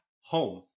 home